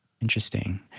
Interesting